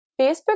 Facebook